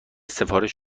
سفارش